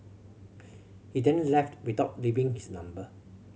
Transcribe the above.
he then left without leaving his number